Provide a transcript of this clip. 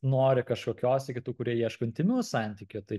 nori kažkokios iki tų kurie ieško intymių santykių tai